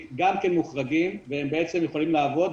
גם כן מוחרגים והם בעצם יכולים לעבוד,